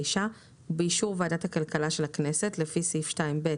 ובאישור ועדת הכלכלה של הכנסת לפי סעיף 2(ב)